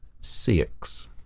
six